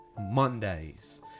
Mondays